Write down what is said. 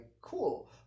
cool